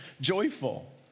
joyful